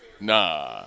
nah